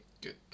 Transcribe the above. Good